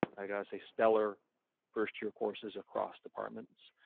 i gotta say, stellar first year courses across departments,